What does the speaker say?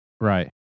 right